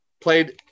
played